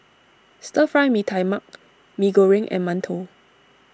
Stir Fry Mee Tai Mak Mee Goreng and Mantou